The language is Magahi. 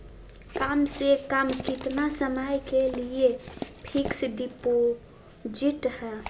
कम से कम कितना समय के लिए फिक्स डिपोजिट है?